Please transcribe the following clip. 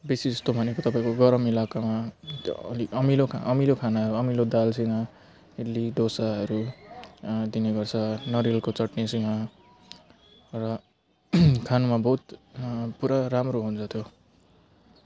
विशिष्ट भनेको तपाईँको गरम इलाकामा त्यो अलिक अमिलो खा अमिलो खाना अमिलो दालसँग इडली डोसाहरू दिनुपर्छ नरिवलको चट्नीसँग र खानामा बहुत पुरा राम्रो हुन्छ त्यो